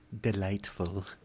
Delightful